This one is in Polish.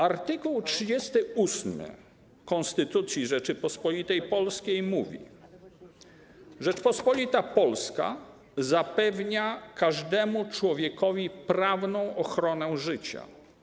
Art. 38 Konstytucji Rzeczypospolitej Polskiej mówi: Rzeczpospolita Polska zapewnia każdemu człowiekowi prawną ochronę życia.